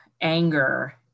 anger